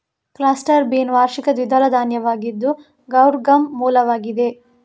cluster bean ವಾರ್ಷಿಕ ದ್ವಿದಳ ಧಾನ್ಯವಾಗಿದ್ದು ಗೌರ್ ಗಮ್ನ ಮೂಲವಾಗಿದೆ